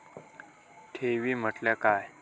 ठेवी म्हटल्या काय?